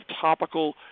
topical